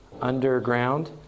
underground